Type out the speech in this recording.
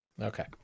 okay